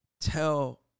tell